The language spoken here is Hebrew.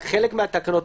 רק חלק מהתקנות,